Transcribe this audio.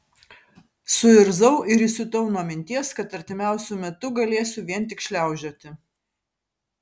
suirzau ir įsiutau nuo minties kad artimiausiu metu galėsiu vien tik šliaužioti